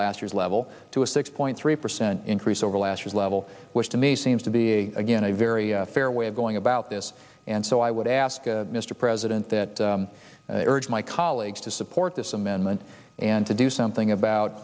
last year's level to a six point three percent increase over last year's level which to me seems to be again a very fair way of going about this and so i would ask mr president that urge my colleagues to support this amendment and to do something about